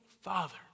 father